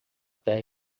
terra